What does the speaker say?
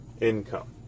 income